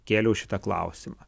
kėliau šitą klausimą